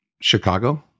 Chicago